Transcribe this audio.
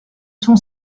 son